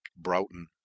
Broughton